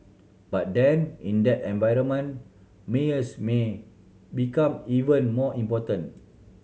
but then in that environment mayors may become even more important